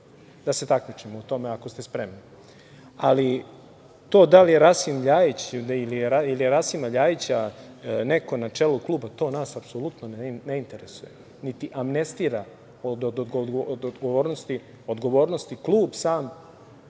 Da se takmičimo u tome, ako ste spremni. Ali, to da li je Rasim Ljajić ili je Rasima Ljajića neko na čelu kluba, to nas apsolutno ne interesuje, niti amnestira od odgovornosti, klub sam,